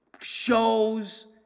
shows